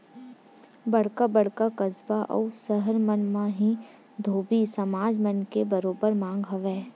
बड़का बड़का कस्बा अउ सहर मन म ही धोबी समाज मन के बरोबर मांग हवय